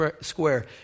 square